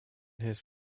his